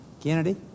Kennedy